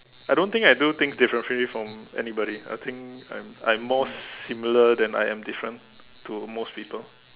I don't think I do things differently from anybody I think I'm I'm more similar than I am different to most people